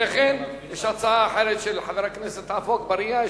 יש הצעה אחרת של חבר הכנסת עפו אגבאריה.